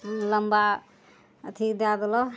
लम्बा अथी दए देलह